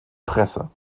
presse